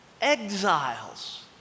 exiles